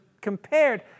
compared